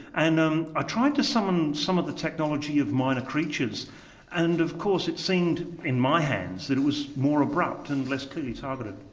and um i tried to summon some of the technology of minor creatures and of course it seemed in my hands that it was more abrupt and less clearly targeted.